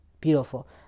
beautiful